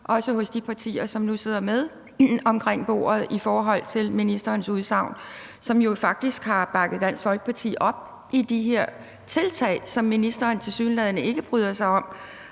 også hos de partier, som nu sidder med omkring bordet, i forhold til ministerens udsagn, og som jo faktisk har bakket Dansk Folkeparti op med hensyn til de her tiltag, som ministeren tilsyneladende ikke bryder sig om,